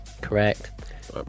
Correct